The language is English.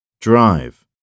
Drive